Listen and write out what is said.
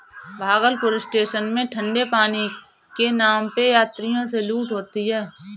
Bhagalpur station में ठंडे पानी के नाम पे यात्रियों से लूट होती है